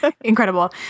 Incredible